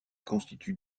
constituent